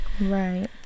Right